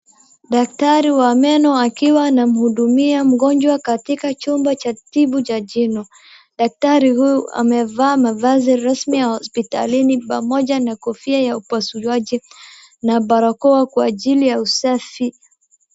Daktari wa meno akiwa anamhudumia mgonjwa katika chumba cha tibu cha jino. Daktari huyu amevaa mavazi rasmi ya hospitalini pamoja na kofia ya upasuaji na barakoa kwa ajili ya usafi.